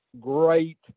great